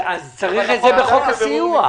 אז צריך את זה בחוק הסיוע.